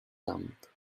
damp